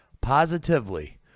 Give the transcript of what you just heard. positively